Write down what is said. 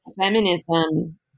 feminism